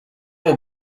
will